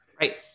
Right